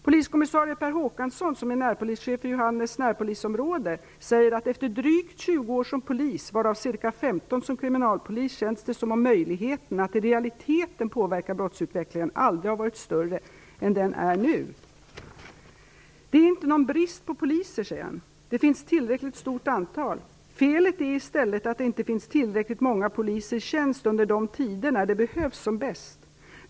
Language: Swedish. Poliskommissarie Per Håkansson, som är närpolischef i Johannes närpolisområde, säger att det efter drygt 20 år som polis, varav 15 som kriminalpolis, känns som om möjligheten att i realiteten påverka brottsutvecklingen aldrig har varit större än den är nu. Det är inte någon brist på poliser, säger han. Det finns tillräckligt stort antal. Felet är i stället att det inte finns tillräckligt många poliser i tjänst under de tider när de behövs som bäst.